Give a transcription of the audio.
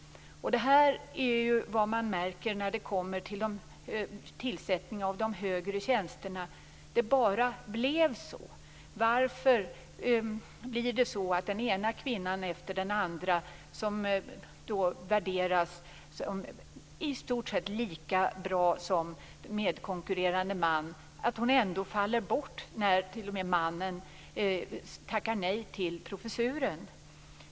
Det är vad man märker när det blir en tillsättning av de högre tjänsterna: Det bara blev så. Varför blir det så att den ena kvinnan efter den andra som värderas som i stort sett lika bra som medkonkurrerande man ändå faller bort, t.o.m. när mannen tackar nej till professuren?